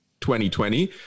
2020